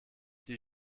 die